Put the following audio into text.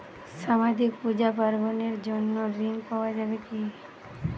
সামাজিক পূজা পার্বণ এর জন্য ঋণ পাওয়া যাবে কি?